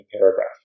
paragraph